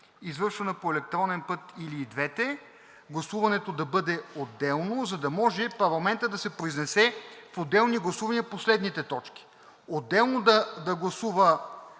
извършвана по електронен път, или и двете. Гласуването да бъде отделно, за да може парламентът да се произнесе в отделни гласувания по следните точки: отделно да гласува